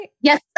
Yes